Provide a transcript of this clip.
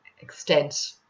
extent